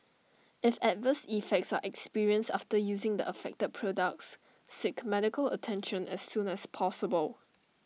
if adverse effects are experienced after using the affected products seek medical attention as soon as possible